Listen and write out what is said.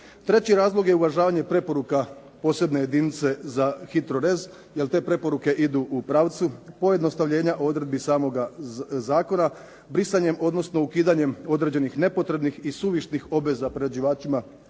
Treći razlog je uvažavanje preporuka posebne jedinice za HITROREZ jer te preporuke idu u pravcu pojednostavljenja odredbi samoga zakona, brisanjem, odnosno ukidanjem određenih nepotrebnih i suvišnih obveza priređivačima